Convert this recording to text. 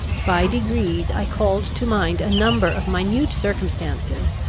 by degrees i called to mind a number of minute circumstances,